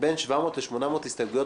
ואנחנו בין 700 ל-800 הסתייגויות